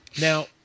now